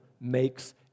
makes